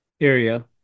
area